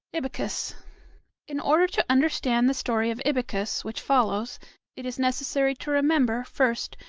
ibycus in order to understand the story of ibycus which follows it is necessary to remember, first,